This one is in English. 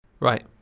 Right